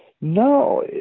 No